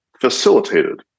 facilitated